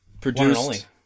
Produced-